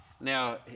Now